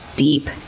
deep,